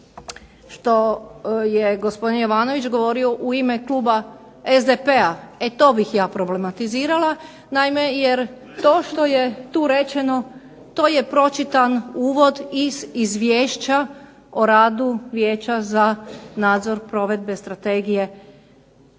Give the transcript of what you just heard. što je gospodin Jovanović govorio u ime kluba SDP-a, e to bih ja problematizirala. Naime, jer to što je tu rečeno to je pročitan uvod iz izvješća o radu Vijeća za nadzor provedbe Strategije borbe